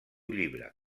llibre